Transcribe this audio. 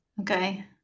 Okay